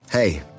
Hey